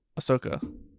Ahsoka